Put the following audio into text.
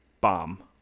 bomb